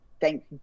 Thank